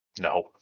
No